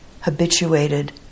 habituated